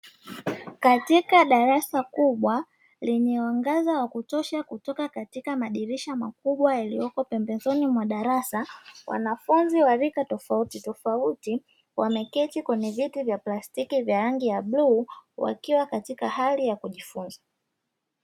Katika darasa kubwa, lenye mwangaza wa kutosha kutoka katika madirisha makubwa yaliyopo pembezoni mwa darasa, wanafunzi wa rika tofautitofauti wameketi kwenye viti vya plastiki vya rangi ya bluu, wakiwa katika hali ya kujifunza.